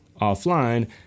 offline